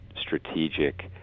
strategic